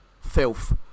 filth